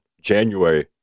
January